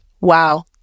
wow